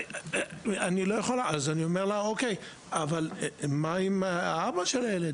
כשאני שואל מה עם האבא של הילדים,